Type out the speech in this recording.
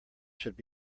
should